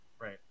right